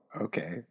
okay